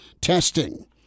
testing